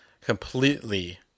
completely